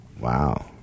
Wow